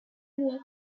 walk